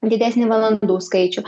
didesnį valandų skaičių